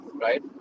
right